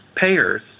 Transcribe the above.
payers